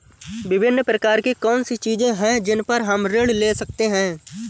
विभिन्न प्रकार की कौन सी चीजें हैं जिन पर हम ऋण ले सकते हैं?